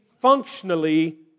functionally